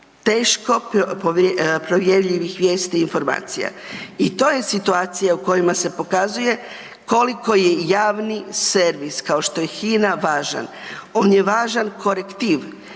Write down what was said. teško provjerljivih vijesti i informacija. I to je situacija u kojima se pokazuje koliko je javni servis kao što je HINA važan. On je važan korektiv